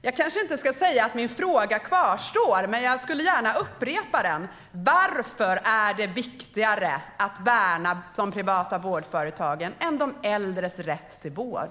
Jag kanske inte ska säga att min fråga kvarstår, men jag vill gärna upprepa den: Varför är det viktigare att värna de privata vårdföretagen än de äldres rätt till vård?